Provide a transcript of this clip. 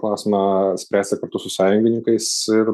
klausimą spręsti kartu su sąjungininkais ir